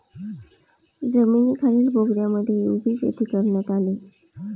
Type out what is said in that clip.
जमिनीखालील बोगद्यांमध्येही उभी शेती करण्यात आली